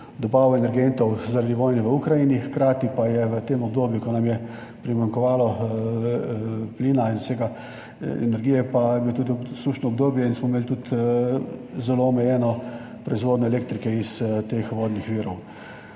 dobavo energentov zaradi vojne v Ukrajini, hkrati pa je v tem obdobju, ko nam je primanjkovalo plina in vsega, energije, pa je bilo tudi sušno obdobje in smo imeli tudi zelo omejeno proizvodnjo elektrike iz teh vodnih virov.